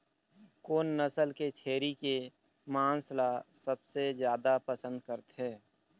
कोन नसल के छेरी के मांस ला सबले जादा पसंद करथे?